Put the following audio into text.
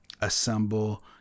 assemble